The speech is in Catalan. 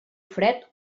fred